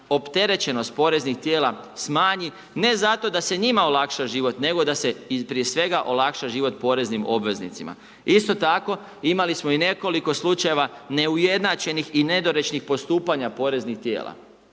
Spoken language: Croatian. opterećenost poreznih tijela smanji ne zato da se njima olakša život nego da se i prije svega olakša život poreznim obveznicima. Isto tako, imali smo i nekoliko slučajeva neujednačenih i nedorečenih postupanja poreznih tijela.